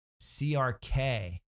CRK